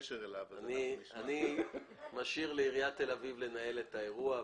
אני משאיר לעיריית תל-אביב לנהל את האירוע.